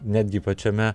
netgi pačiame